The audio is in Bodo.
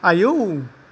आयौ